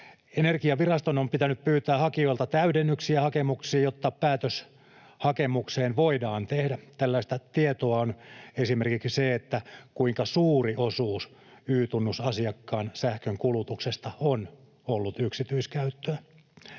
Energiaviraston on pitänyt pyytää hakijoilta täydennyksiä hakemuksiin, jotta päätös hakemukseen voidaan tehdä. Tällaista tietoa on esimerkiksi se, kuinka suuri osuus Y-tunnusasiakkaiden sähkönkulutuksesta on ollut yksityiskäyttöön.